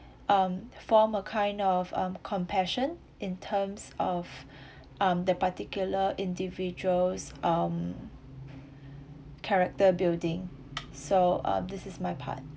um form a kind of um compassion in terms of um the particular individuals um character building so uh this is my part